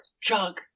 chug